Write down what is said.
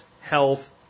health